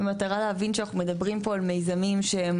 במטרה להבין שאנחנו מדברים פה על מיזמים שהם